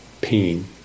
pain